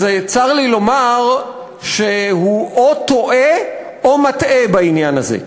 אז, צר לי לומר שהוא או טועה או מטעה בעניין הזה,